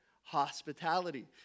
hospitality